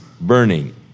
burning